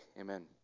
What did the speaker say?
Amen